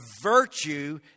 virtue